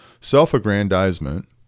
self-aggrandizement